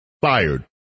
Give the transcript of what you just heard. fired